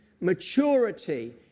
maturity